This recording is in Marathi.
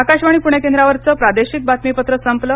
आकाशवाणी पुणे केंद्रावरचं प्रादेशिक बातमीपत्र संपलं